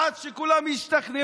עד שכולם ישתכנעו